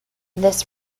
this